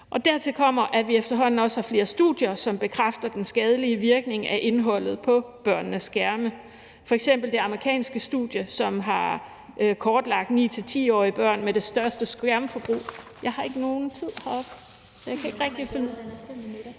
Dertil kommer, at vi efterhånden også har flere studier, som bekræfter den skadelige virkning af indholdet på børnenes skærme, f.eks. det amerikanske studie, der har kortlagt det for 9-10 årige børn, som har et stort skærmforbrug ... Jeg har ikke nogen tid heroppe, så jeg kan ikke rigtig følge